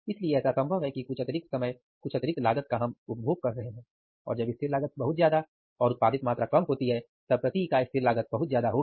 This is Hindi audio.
इसलिए ऐसा संभव है कि कुछ अतिरिक्त समय कुछ अतिरिक्त लागत का हम उपभोग कर रहे हैं और जब स्थिर लागत बहुत ज्यादा और उत्पादित मात्रा कम होती है तब प्रति इकाई स्थिर लागत बहुत ज्यादा होगी